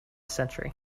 century